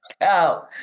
go